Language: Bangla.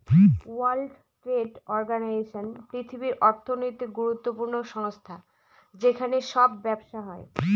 ওয়ার্ল্ড ট্রেড অর্গানাইজেশন পৃথিবীর অর্থনৈতিক গুরুত্বপূর্ণ সংস্থা যেখানে সব ব্যবসা হয়